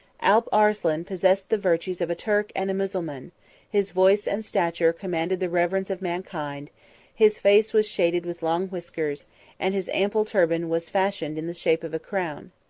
alp arslan possessed the virtues of a turk and a mussulman his voice and stature commanded the reverence of mankind his face was shaded with long whiskers and his ample turban was fashioned in the shape of a crown.